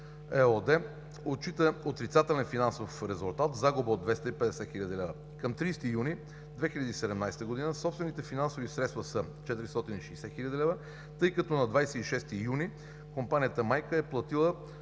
ЕООД отчита отрицателен финансов резултат – загуба от 250 хил. лв. Към 30 юни 2017 г. собствените финансови средства са 460 хил. лв., тъй като на 26 юни компанията майка е платила